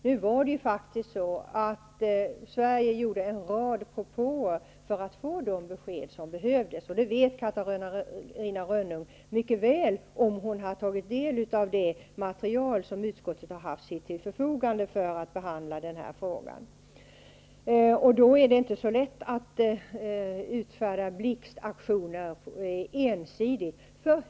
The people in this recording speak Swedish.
Nu var det faktiskt så att Sverige gjorde en rad propåer för att få de besked som behövdes, och det vet Catarina Rönnung mycket väl om hon har tagit del av det material som utskottet haft till sitt förfogande vid behandlingen av den här frågan. Det är inte så lätt att ensidigt göra blixtaktioner.